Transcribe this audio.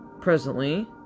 presently